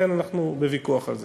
ולכן, אנחנו בוויכוח על זה.